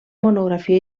monografia